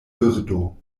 birdo